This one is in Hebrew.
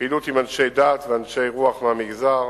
פעילות עם אנשי דת ואנשי רוח מהמגזר,